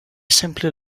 simply